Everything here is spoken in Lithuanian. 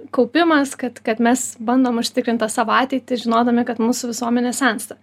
kaupimas kad kad mes bandom užtikrint tą savo ateitį žinodami kad mūsų visuomenė sensta